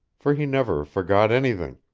for he never forgot anything,